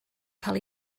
cael